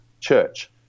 Church